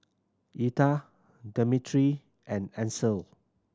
Etha Dimitri and Ancel